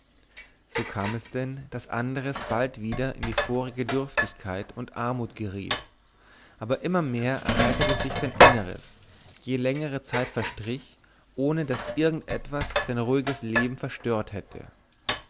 so kam es denn daß andres bald wieder in die vorige dürftigkeit und armut geriet aber immer mehr erheiterte sich sein inneres je längere zeit verstrich ohne daß irgend etwas sein ruhiges leben verstört hätte